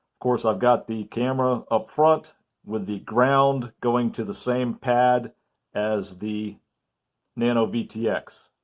course, i've got the camera up front with the ground going to the same pad as the nano vtx.